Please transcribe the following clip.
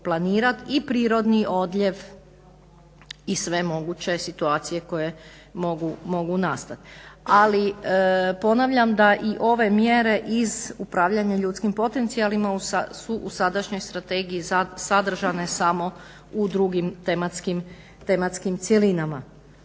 i prirodni odljev i sve moguće situacije koje mogu nastati. Ali ponavljam da i ove mjere iz upravljanja ljudskim potencijalima su u sadašnjoj strategiji sadržane samo u drugim tematskim cjelinama.